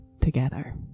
together